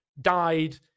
died